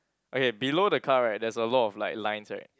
okay below the car right there's a lot of like lines right